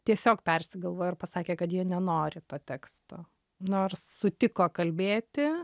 tiesiog persigalvojo ir pasakė kad jie nenori to teksto nors sutiko kalbėti